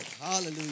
Hallelujah